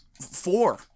four